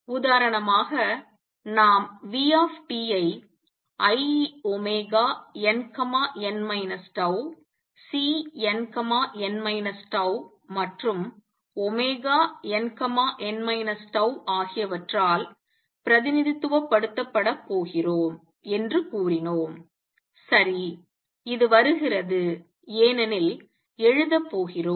உதாரணமாக நாம் v ஐ inn τCnn τ மற்றும் nn τ ஆகியவற்றால் பிரதிநிதித்துவப்படுத்தப்படப் போகிறோம் என்று கூறினோம் சரி இது வருகிறது ஏனெனில் எழுதப் போகிறோம்